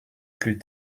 plus